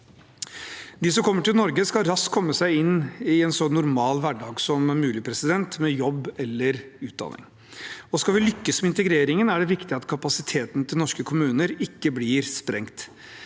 De som kommer til Norge, skal raskt komme seg inn i en så normal hverdag som mulig med jobb eller utdanning. Skal vi lykkes med integreringen, er det viktig at kapasiteten til norske kommuner ikke blir sprengt.